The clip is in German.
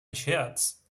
scherz